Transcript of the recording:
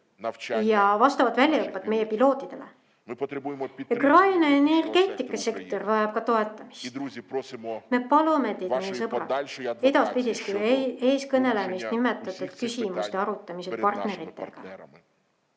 ja vastavat väljaõpet pilootidele. Ukraina energeetikasektor vajab ka toetamist. Me palume teilt, meie sõbrad, edaspidist eestkõnelemist nimetatud küsimuste arutamisel partneritega.